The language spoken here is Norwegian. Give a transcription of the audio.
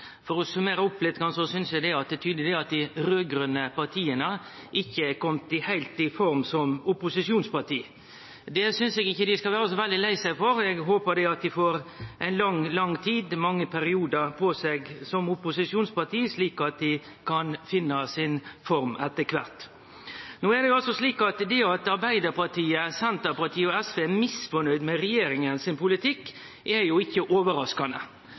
For å summere opp litt synest eg det er tydeleg at dei raud-grøne partia ikkje har kome heilt i form som opposisjonsparti. Det synest eg ikkje dei skal vere så veldig lei seg for, eg håpar dei får ei lang tid og mange periodar på seg som opposisjonsparti, slik at dei kan finne si form etter kvart. At Arbeidarpartiet, Senterpartiet og SV er misfornøgde med regjeringa sin politikk, er ikkje overraskande